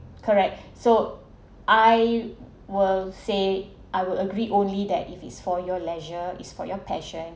correct so I will say I will agree only that if it's for your leisure is for your passion